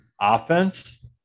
offense